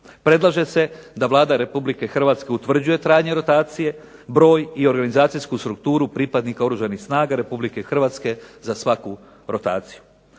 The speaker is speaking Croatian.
Predlaže se da Vlada Republike Hrvatske utvrđuje trajanje rotacije, broj i organizacijsku strukturu pripadnika Oružanih snaga RH za svaku rotaciju.